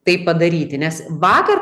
tai padaryti nes vakar